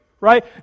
Right